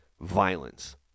violence